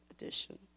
Edition